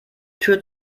tür